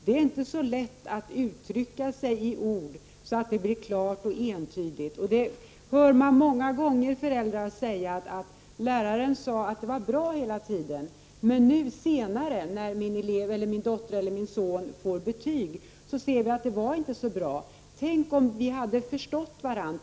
Det är inte så lätt att uttrycka sig i ord, så att det blir klart och entydigt. Man hör många gånger föräldrar säga att läraren hela tiden sade att det var bra. Men nu när min dotter eller son får betyg ser vi att det inte var så bra. Tänk om vi hade förstått varandra.